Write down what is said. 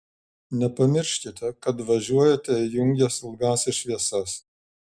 nepamirškite kad važiuojate įjungęs ilgąsias šviesas